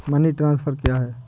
Money transfer क्या है?